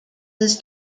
his